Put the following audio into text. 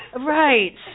Right